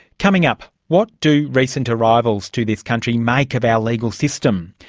coming up, what do recent arrivals to this country make of our legal system?